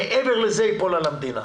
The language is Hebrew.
מעבר לזה ייפול על המדינה.